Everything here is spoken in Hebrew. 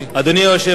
אדוני היושב-ראש,